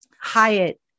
Hyatt